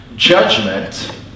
Judgment